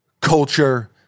culture